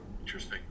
Interesting